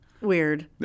weird